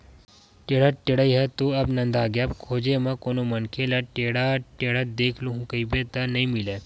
टेंड़ा टेड़ई ह तो अब नंदागे अब खोजे म कोनो मनखे ल टेंड़ा टेंड़त देख लूहूँ कहिबे त नइ मिलय